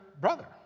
brother